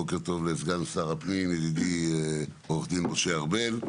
בוקר טוב לסגן שר הפנים ידידי עו"ד משה ארבל.